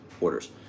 orders